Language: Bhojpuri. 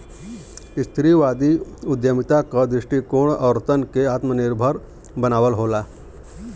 स्त्रीवादी उद्यमिता क दृष्टिकोण औरतन के आत्मनिर्भर बनावल होला